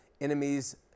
enemies